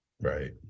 Right